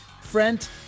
friend